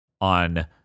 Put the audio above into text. on